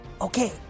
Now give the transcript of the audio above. Okay